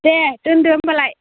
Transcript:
दे दोन्दो होमब्लालाय